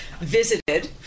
visited